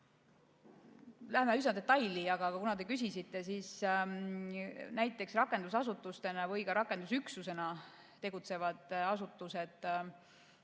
Läheme üsna detailidesse, aga kuna te küsisite, siis näiteks rakendusasutusena või ka rakendusüksusena tegutsevad asutused,